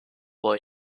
boy